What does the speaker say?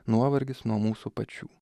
nuovargis nuo mūsų pačių